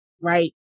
Right